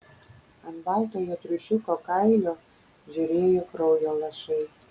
ant baltojo triušiuko kailio žėrėjo kraujo lašai